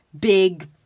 big